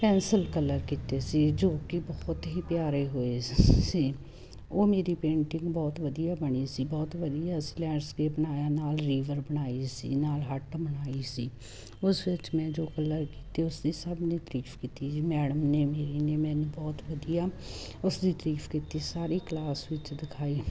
pencil colour ਕੀਤੇ ਸੀ ਜੋ ਕਿ ਬਹੁਤ ਹੀ ਪਿਆਰੇ ਹੋਏ ਸੀ ਉਹ ਮੇਰੀ ਪੇਂਟਿੰਗ ਬਹੁਤ ਵਧੀਆ ਬਣੀ ਸੀ ਬਹੁਤ ਵਧੀਆ ਅਸੀਂ ਲੈਂਡਸਕੇਪ ਬਣਾਇਆ ਨਾਲ ਰੀਵਰ ਬਣਾਈ ਸੀ ਨਾਲ ਹੱਟ ਬਣਾਈ ਸੀ ਉਸ ਵਿੱਚ ਮੈਂ ਜੋ ਕਲਰ ਕੀਤੇ ਉਸਦੀ ਸਭ ਨੇ ਤਾਰੀਫ਼ ਕੀਤੀ ਸੀ ਮੈਡਮ ਨੇ ਮੇਰੀ ਨੇ ਮੈਨੂੰ ਬਹੁਤ ਵਧੀਆ ਉਸਦੀ ਤਰੀਫ਼ ਕੀਤੀ ਸਾਰੀ ਕਲਾਸ ਵਿੱਚ ਦਿਖਾਈ